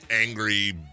angry